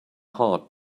heart